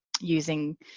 using